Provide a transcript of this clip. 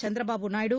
Chandrababu Naidu